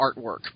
artwork